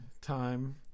time